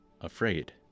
afraid